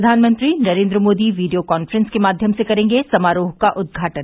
प्रधानमंत्री Narendra Modi video conference के माध्यम से करेंगे समारोह का उद्घाटन